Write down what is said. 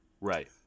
Right